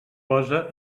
posa